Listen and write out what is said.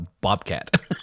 bobcat